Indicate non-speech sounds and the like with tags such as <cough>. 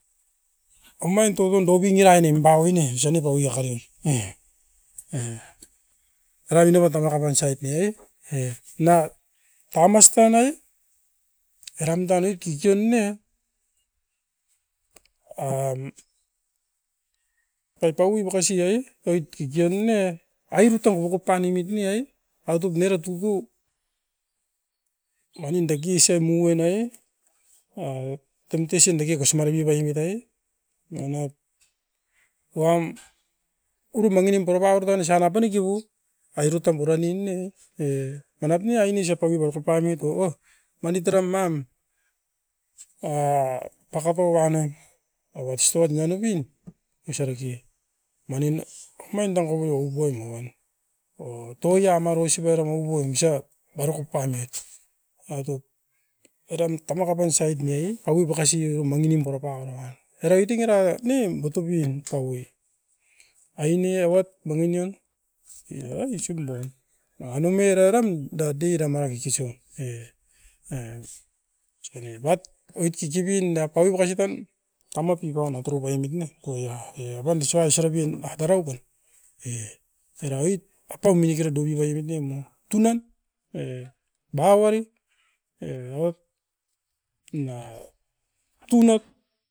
Omain topun topiniai nem baoi ne osa nipa oi akarim ne. e arabina mataba kaban sait ne i, e na tamas tanai eram tanit kikion ne um pau paui makasi oii oit kikion ne airuito boko paniomit ne ai aut top niera tutou manin dekise muenae a temptation dake kusmaripi paiemita e. Manap wam <noise> uru mangi nim poropauu takana isop apanekibu airutam pura nin ne, e manap ne aine isop paui pau okopanit o, manit era mam a pakato anem ois tuat nenobin oisa reke. Manin omain da kopio ukoinon o toia maroisip era mokoi musa barokop panoit. Omait tout eram tamaka pan sait ne i paui pakasio manginip purapauara wan. Era eutin erait ne botobin paui, <noise> aine awat bongin nion era o ais sumbuan. Ainam meroiran dadirama kikisoit e ai <unintelligible> bat oit kikibin da paui makasi tan taumap pipan aikuru paimit ne ku- ia i apan disua isoropian e daraukoi e era oit, apaum minekera dubiamit nem na tunan e dauari e aut na tunat